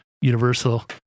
Universal